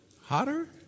hotter